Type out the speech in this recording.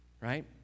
right